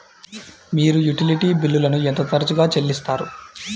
మీరు యుటిలిటీ బిల్లులను ఎంత తరచుగా చెల్లిస్తారు?